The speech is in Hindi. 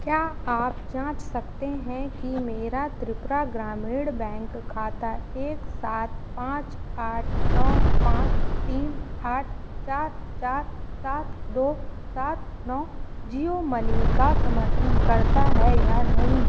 क्या आप जाँच सकते हैं कि मेरा त्रिपुरा ग्रामीण बैंक खाता एक सात पाँच आठ नौ पाँच तीन आठ तीन चार चार सात दो सात नौ जियो मनी का समर्थन करता है या नहीं